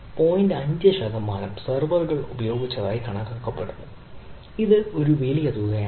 5 ശതമാനം സെർവറുകൾ ഉപയോഗിച്ചതായി കണക്കാക്കപ്പെടുന്നു ഇത് ഒരു വലിയ തുകയാണ്